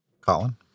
Colin